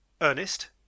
Ernest